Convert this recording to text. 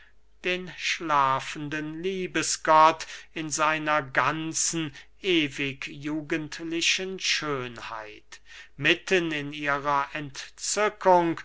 den schlafenden liebesgott in seiner ganzen ewig jugendlichen schönheit mitten in ihrer entzückung